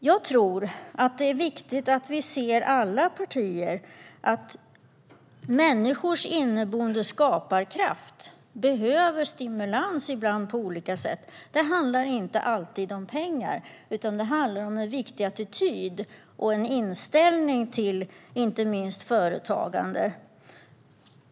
Jag tror att det är viktigt att alla partier ser att människors inneboende skaparkraft ibland behöver stimulans på olika sätt. Det handlar inte alltid om pengar, utan det handlar om en viktig attityd och en inställning till inte minst företagande.